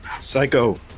Psycho